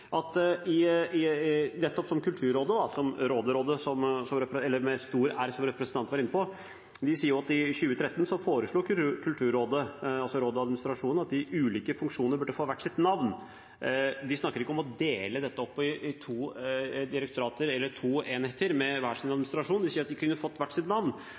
nettopp Kulturrådet, rådet-rådet eller Rådet – med stor R – som representanten var inne på, sier følgende: «I 2013 foreslo Kulturrådet – rådet og administrasjonen – at de ulike funksjonene burde få hvert sitt navn.» De snakker ikke om å dele dette opp i to enheter med hver sin administrasjon, de sier at de kunne fått hvert sitt navn.